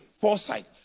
foresight